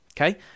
Okay